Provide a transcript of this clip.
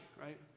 right